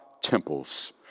temples